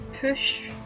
push